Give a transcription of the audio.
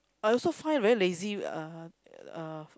I also find very lazy uh uh